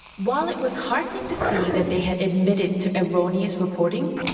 while it was heartening to see that they had admitted to erroneous reporting,